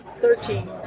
Thirteen